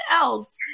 else